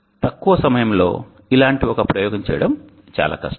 తక్కువ సమయంలో ఇలాంటి ఒక ప్రయోగం చేయడం చాలా కష్టం